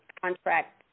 contract